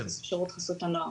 שירות חסות הנוער.